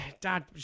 Dad